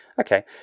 okay